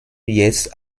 jetzt